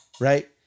Right